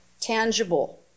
tangible